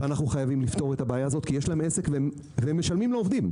ואנחנו חייבים לפתור את הבעיה הזאת כי יש להם עסק והם משלמים לעובדים,